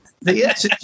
Yes